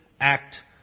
act